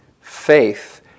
Faith